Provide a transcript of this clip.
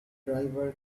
drivers